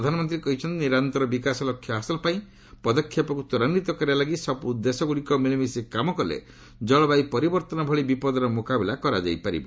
ପ୍ରଧାନମନ୍ତ୍ରୀ କହିଛନ୍ତି ନିରନ୍ତର ବିକାଶ ଲକ୍ଷ୍ୟ ହାସଲପାଇଁ ପଦକ୍ଷେପକୁ ତ୍ୱରାନ୍ୱିତ କରିବା ଲାଗି ସବୁ ଦେଶଗୁଡ଼ିକ ମିଳିମିଶି କାମ କଲେ ଜଳବାୟୁ ପରିବର୍ତ୍ତନ ଭଳି ବିପଦର ମୁକାବିଲା କରାଯାଇପାରିବ